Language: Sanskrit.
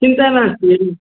चिन्ता नास्ति